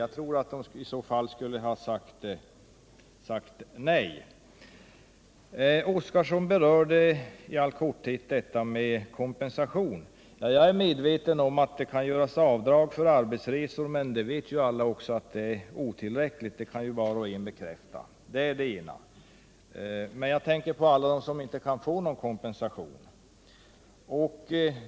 Jag tror att de i så fall skulle ha sagt nej till den ändrade tidpunkten. Gunnar Oskarson berörde i korthet detta med kompensation. Jag är medveten om att det kan göras avdrag för arbetsresor, men alla vet ju att de avdragen är otillräckliga. Jag tänker emellertid närmast på alla dem som inte 157 kan få någon kompensation.